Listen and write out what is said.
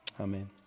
amen